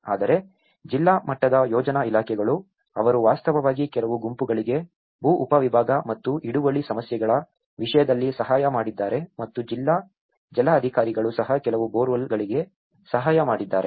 ಆದರೆ ಜಿಲ್ಲಾ ಮಟ್ಟದ ಯೋಜನಾ ಇಲಾಖೆಗಳು ಅವರು ವಾಸ್ತವವಾಗಿ ಕೆಲವು ಗುಂಪುಗಳಿಗೆ ಭೂ ಉಪವಿಭಾಗ ಮತ್ತು ಹಿಡುವಳಿ ಸಮಸ್ಯೆಗಳ ವಿಷಯದಲ್ಲಿ ಸಹಾಯ ಮಾಡಿದ್ದಾರೆ ಮತ್ತು ಜಿಲ್ಲಾ ಜಲ ಅಧಿಕಾರಿಗಳು ಸಹ ಕೆಲವು ಬೋರ್ಹೋಲ್ಗಳಿಗೆ ಸಹಾಯ ಮಾಡಿದ್ದಾರೆ